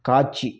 காட்சி